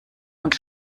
und